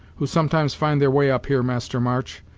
who sometimes find their way up here, master march,